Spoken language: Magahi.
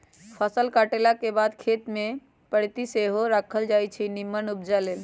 फसल काटलाके बाद खेत कें परति सेहो राखल जाई छै निम्मन उपजा लेल